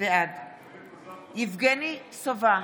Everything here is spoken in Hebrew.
בעד יבגני סובה,